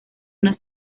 una